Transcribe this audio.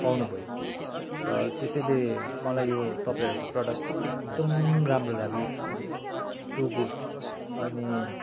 पाउनु भयो र त्यसैले मलाई यो तपाईँहरूको प्रोडक्ट एकदम राम्रो लाग्यो एकदम टू गुड अनि